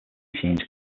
machines